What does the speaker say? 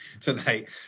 tonight